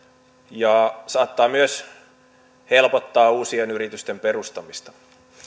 ja saattaa myös helpottaa uusien yritysten perustamista